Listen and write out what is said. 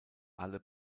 alle